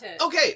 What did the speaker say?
Okay